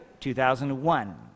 2001